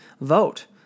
Vote